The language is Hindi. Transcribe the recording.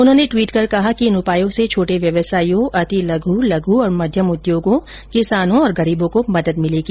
उन्होंने ट्वीट कर कहा है कि इन उपायों से छोटे व्यवसायियों अति लघु लघु तथा मध्यम उद्योगों किसानों और गरीबों को मदद मिलेगी